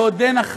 עודנה,